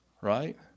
right